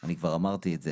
אני כבר אמרתי את זה,